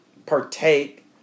Partake